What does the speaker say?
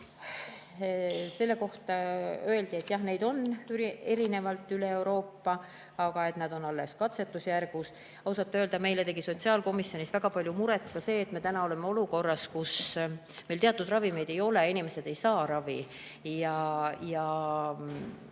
Selle kohta öeldi, et jah, neid [tehakse] üle Euroopa, aga et kõik on alles katsetusjärgus. Ausalt öelda, meile tegi sotsiaalkomisjonis väga palju muret ka see, et me oleme olukorras, kus meil teatud ravimeid ei ole, inimesed ei saa ravi, ja